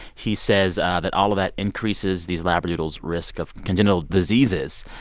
he says that all of that increases these labradoodles' risk of congenital diseases,